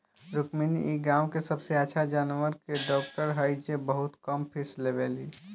रुक्मिणी इ गाँव के सबसे अच्छा जानवर के डॉक्टर हई जे बहुत कम फीस लेवेली